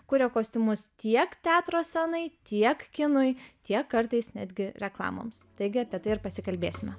kuria kostiumus tiek teatro scenai tiek kinui tiek kartais netgi reklamoms taigi apie tai ir pasikalbėsime